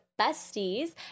BESTIES